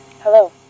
Hello